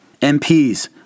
MPs